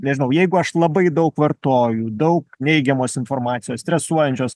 nežinau jeigu aš labai daug vartoju daug neigiamos informacijos stresuojančios